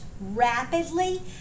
rapidly